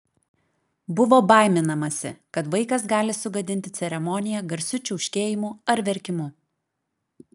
buvo baiminamasi kad vaikas gali sugadinti ceremoniją garsiu čiauškėjimu ar verkimu